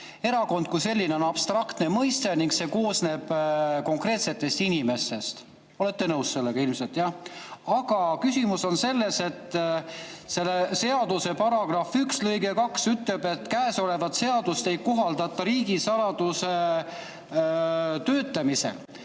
Erakond kui selline on abstraktne mõiste ning erakond koosneb konkreetsetest inimestest. Olete sellega ilmselt nõus, jah? Aga küsimus on selles, et selle seaduse § 1 lõige 2 ütleb, et käesolevat seadust ei kohaldata riigisaladuse töötlemisele.